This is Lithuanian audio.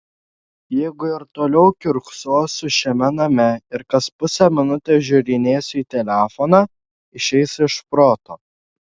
jeigu ir toliau kiurksosiu šiame name ir kas pusę minutės žiūrinėsiu į telefoną išeisiu iš proto